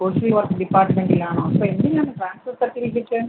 social work ഡിപ്പാർട്ട്മെൻറ്റിലാണോ ഇപ്പം എന്തിനാണ് ട്രാൻസ്ഫർ സർട്ടിഫിക്കറ്റ്